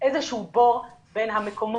איזה שהוא בור בין המעונות